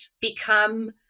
become